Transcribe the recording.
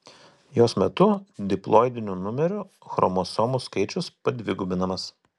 jos metu diploidinių numerių chromosomų skaičius padvigubinamas